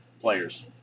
players